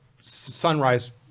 sunrise